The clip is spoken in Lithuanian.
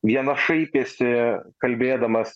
vienas šaipėsi kalbėdamas